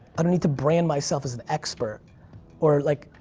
i don't need to brand myself as an expert or like,